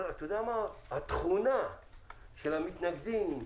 אבל התכונה של המתנגדים,